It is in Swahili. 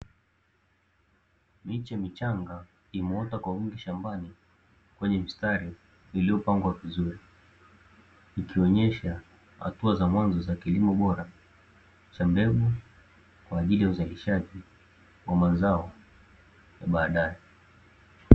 Miche michanga imeota kwa wingi shambani kwenye mistari iliopangwa vizuri, ikionyesha hatua za mwanzo za kilimo bora cha mbegu kwa ajili ya uzalishaji wa mazao hapo baadae.